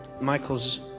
Michael's